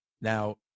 Now